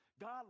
God